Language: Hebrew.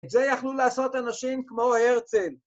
את זה יכלו לעשות אנשים כמו הרצל.